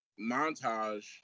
montage